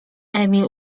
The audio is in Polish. emil